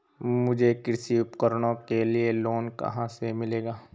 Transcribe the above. मुझे कृषि उपकरणों के लिए लोन कहाँ से मिलेगा?